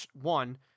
one